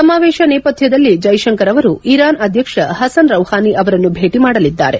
ಸಮಾವೇಶ ನೇಪಥ್ಯದಲ್ಲಿ ಜೈಶಂಕರ್ ಅವರು ಇರಾನ್ ಅಧ್ಯಕ್ಷ ಹಸನ್ ರೌಹಾನಿ ಅವರನ್ನು ಭೇಟಿ ಮಾಡಲಿದ್ದಾರೆ